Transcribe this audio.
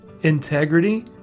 integrity